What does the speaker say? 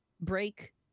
break